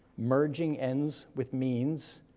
merging ends with means,